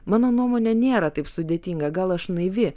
mano nuomone nėra taip sudėtinga gal aš naivi